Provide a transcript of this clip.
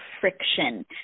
friction